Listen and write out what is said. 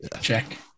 Check